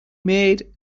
made